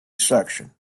section